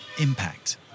impact